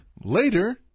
Later